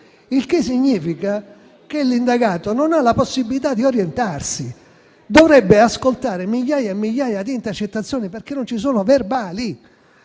Ciò significa che l'indagato non ha la possibilità di orientarsi e che dovrebbe quindi ascoltare migliaia e migliaia di intercettazioni perché non ci sono verbali.